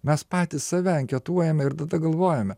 mes patys save anketuojame ir tada galvojome